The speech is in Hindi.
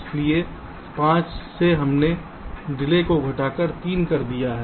इसलिए 5 से हमने डिले को घटाकर 3 कर दिया है